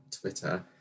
twitter